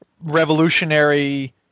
revolutionary